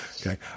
okay